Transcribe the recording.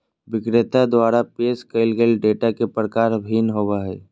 विक्रेता द्वारा पेश कइल डेटा के प्रकार भिन्न होबो हइ